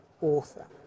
author